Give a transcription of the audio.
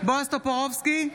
בועז טופורובסקי,